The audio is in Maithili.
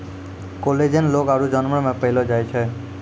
कोलेजन लोग आरु जानवर मे पैलो जाय छै